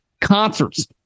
Concerts